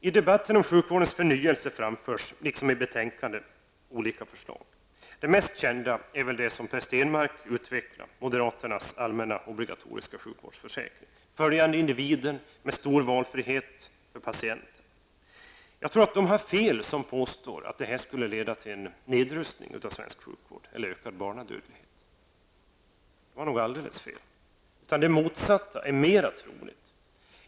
I debatten om sjukvårdens förnyelse framförs, liksom i betänkandet, olika förslag. Det mest kända är väl det som Per Stenmarck utvecklade, nämligen moderaternas allmänna och obligatoriska sjukvårdsförsäkring, som följer individen och som innebär stor valfrihet för patienten. Jag tror att de som påstår att detta skulle leda till nedrustning av sjukvården och ökad barnadödlighet har fel. Det är nog alldeles fel. Det motsatta är mera troligt.